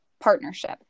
partnership